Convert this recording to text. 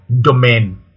domain